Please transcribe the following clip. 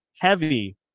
heavy